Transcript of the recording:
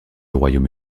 royaume